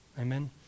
Amen